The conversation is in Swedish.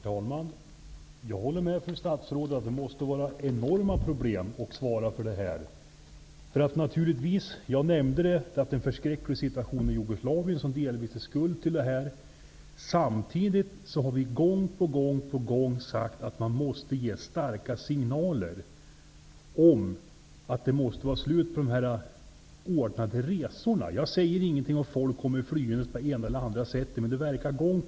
Herr talman! Jag håller med fru statsrådet att det måste vara enorma problem att svara på det här. Som jag nämnde är den förskräckliga situationen i Jugoslavien delvis orsaken till problemet. Samtidigt har vi gång på gång sagt att det måste ges starka signaler om att de här ordnade resorna måste upphöra. Jag säger ingenting om att folk kommer på det ena eller det andra sättet, exempelvis med flyg.